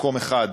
במקום אחד,